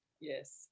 Yes